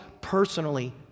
personally